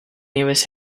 nieves